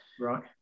Right